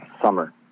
summer